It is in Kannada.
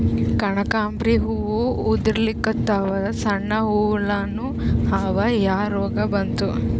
ಕನಕಾಂಬ್ರಿ ಹೂ ಉದ್ರಲಿಕತ್ತಾವ, ಸಣ್ಣ ಹುಳಾನೂ ಅವಾ, ಯಾ ರೋಗಾ ಬಂತು?